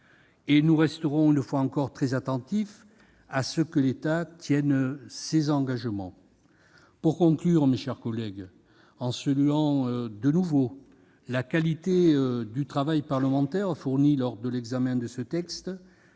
et nous serons, une fois encore, très attentifs à ce que l'État tienne ses engagements. Je conclus, mes chers collègues, en saluant de nouveau la qualité du travail parlementaire lors de l'examen de ce projet